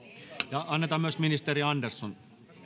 ja myös ministeri andersson